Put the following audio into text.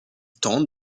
tente